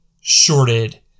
shorted